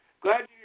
glad